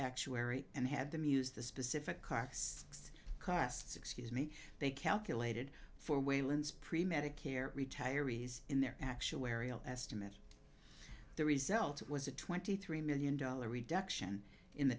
actuary and had them use the specific carcass costs excuse me they calculated for wayland's pre medicare retirees in their actuarial estimate the result was a twenty three million dollar reduction in the